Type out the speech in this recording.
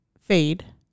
Fade